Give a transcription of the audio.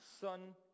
Son